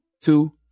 two